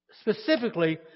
specifically